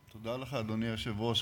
אדוני היושב-ראש,